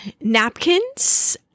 napkins